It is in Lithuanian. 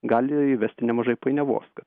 gali įvesti nemažai painiavos